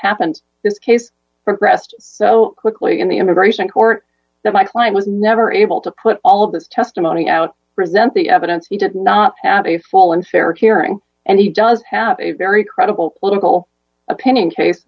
happened this case progressed so quickly in the immigration court that my client was never able to put all of his testimony out present the evidence he did not have a full and fair hearing and he does have a very credible political opinion chase